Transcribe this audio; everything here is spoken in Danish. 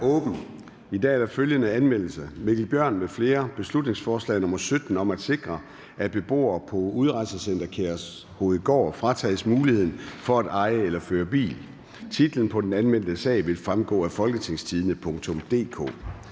I dag er der følgende anmeldelse: Mikkel Bjørn (DF) m.fl.: Beslutningsforslag nr. 17 om at sikre, at beboere på Udrejsecenter Kærshovedgård fratages muligheden for at eje eller føre bil. Titlen på den anmeldte sag vil fremgå af folketingstidende.dk